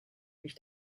wich